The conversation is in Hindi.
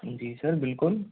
जी सर बिलकुल